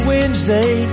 Wednesday